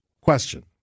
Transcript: question